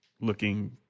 looking